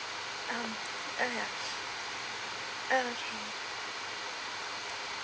um uh ya uh okay